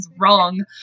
wrong